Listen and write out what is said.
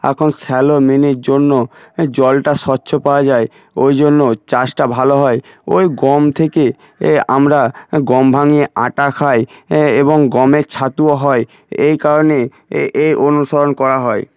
এখন স্যালো মিনির জন্য জলটা স্বচ্ছ পাওয়া যায় ওই জন্য চাষটা ভালো হয় ওই গম থেকে আমরা গম ভাঙ্গিয়ে আটা খাই এবং গমের ছাতুও হয় এই কারণে অনুসরণ করা হয়